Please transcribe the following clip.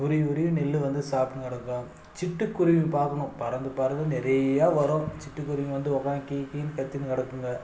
உருவி உருவி நெல் வந்து சாப்பிட்னு கிடக்கும் சிட்டுக் குருவி பாக்கணும் பறந்து பறந்து நிறையா வரும் சிட்டுக் குருவிங்க வந்து உட்காந்து கி கி னு கத்தின்னு கிடக்குங்க